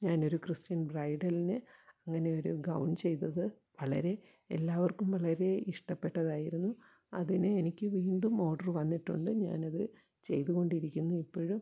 ഞാനൊരു ക്രിസ്ത്യൻ ബ്രൈഡിന് അങ്ങനെയൊരു ഗൗൺ ചെയ്തത് വളരെ എല്ലാവർക്കും വളരെ ഇഷ്ടപ്പെട്ടതായിരുന്നു അതിന് എനിക്ക് വീണ്ടും ഓഡറ് വന്നിട്ടുണ്ട് ഞാനത് ചെയ്തു കൊണ്ടിരിക്കുന്നു ഇപ്പോഴും